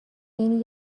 این